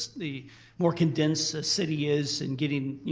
the more condense the city is in getting, you